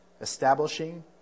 establishing